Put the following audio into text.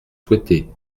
souhaitez